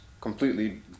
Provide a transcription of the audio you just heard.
completely